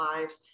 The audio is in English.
lives